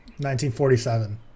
1947